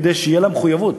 כדי שתהיה לה מחויבות.